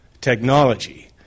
technology